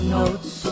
notes